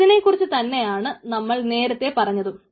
ഇതിനെക്കുറിച്ച് തന്നെയാണ് നമ്മൾ നേരത്തെ പറഞ്ഞതും